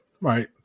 Right